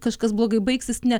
kažkas blogai baigsis ne